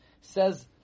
says